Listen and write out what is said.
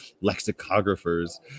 lexicographers